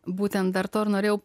būtent dar to ir norėjau